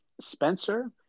Spencer